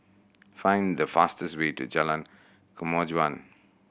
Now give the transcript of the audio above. find the fastest way to Jalan Kemajuan